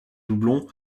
doublon